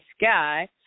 sky